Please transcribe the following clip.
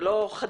זה לא חדש.